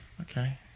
okay